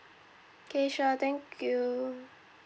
okay sure thank you